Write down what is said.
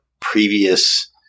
previous